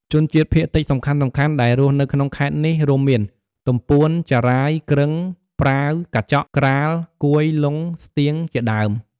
ជនជាតិភាគតិចសំខាន់ៗដែលរស់នៅក្នុងខេត្តនេះ រួមមាន ទំពួន ចារ៉ាយ គ្រឹង ប្រាវ កាចក់ ក្រាល កួយ លុន ស្ទៀង ជាដើម។